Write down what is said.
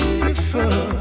beautiful